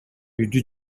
үйдү